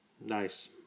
nice